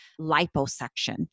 liposuction